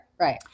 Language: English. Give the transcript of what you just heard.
Right